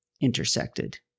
intersected